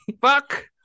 Fuck